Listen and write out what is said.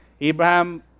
Abraham